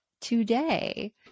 today